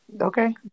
okay